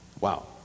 Wow